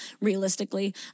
realistically